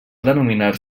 denominar